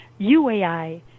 UAI